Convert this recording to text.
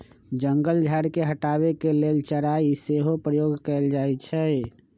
जंगल झार के हटाबे के लेल चराई के सेहो प्रयोग कएल जाइ छइ